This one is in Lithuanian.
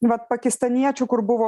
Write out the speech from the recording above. vat pakistaniečių kur buvo